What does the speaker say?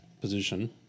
position